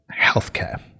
healthcare